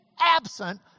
absent